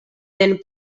den